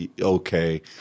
okay